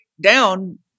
down